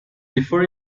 differ